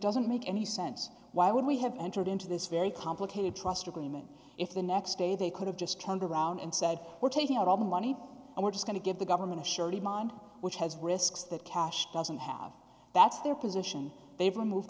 doesn't make any sense why would we have entered into this very complicated trust agreement if the next day they could have just trying to round and said we're taking out all the money and we're just going to give the government a surety bond which has risks that cash doesn't have that's their position they've removed